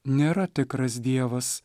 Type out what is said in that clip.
nėra tikras dievas